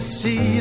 see